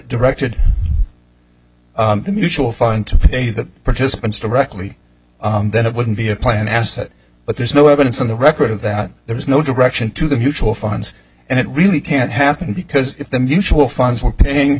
directed the mutual fund to pay the participants directly then it wouldn't be a planned asset but there's no evidence on the record of that there was no direction to the mutual funds and it really can't happen because if the mutual funds were paying